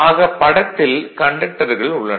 ஆக படத்தில் கண்டக்டர்கள் உள்ளன